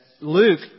Luke